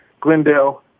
Glendale